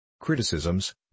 Criticisms